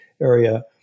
area